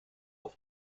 auf